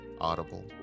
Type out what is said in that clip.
Audible